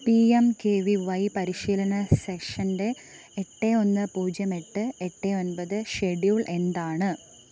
P M K V Y പരിശീലന സെഷൻ്റെ എട്ട് ഒന്ന് പൂജ്യം എട്ട് എട്ട് ഒൻപത് ഷെഡ്യൂൾ എന്താണ്